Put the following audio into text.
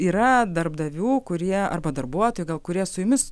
yra darbdavių kurie arba darbuotojai gal kurie su jumis